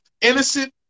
innocent